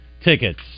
tickets